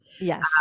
Yes